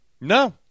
No